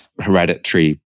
hereditary